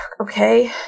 Okay